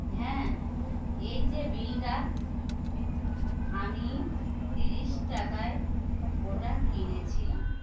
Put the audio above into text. হ্যাঁ এই যে বিলটা আমি তিরিশ টাকায় ওটা কিনেছিলাম